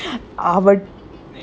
ahmed